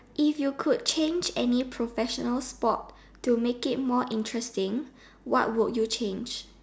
if you could change any professional sport to make it more interesting what would you change